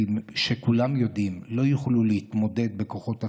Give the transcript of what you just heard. כולם יודעים, לא יוכלו להתמודד בכוחות עצמן,